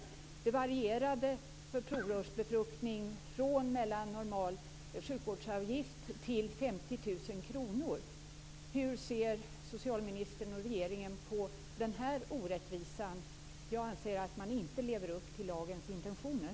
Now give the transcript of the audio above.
Kostnaden för provrörsbefruktning varierade från normal sjukvårdsavgift till 50 000 kr. Hur ser socialministern och regeringen på den orättvisan? Jag anser att man inte lever upp till lagens intentioner.